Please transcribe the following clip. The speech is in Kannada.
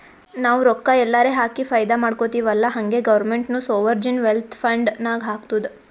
ನಾವು ರೊಕ್ಕಾ ಎಲ್ಲಾರೆ ಹಾಕಿ ಫೈದಾ ಮಾಡ್ಕೊತಿವ್ ಅಲ್ಲಾ ಹಂಗೆ ಗೌರ್ಮೆಂಟ್ನು ಸೋವರ್ಜಿನ್ ವೆಲ್ತ್ ಫಂಡ್ ನಾಗ್ ಹಾಕ್ತುದ್